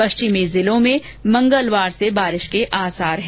पश्चिमी जिलों में मंगलवार से बारिश के आसार हैं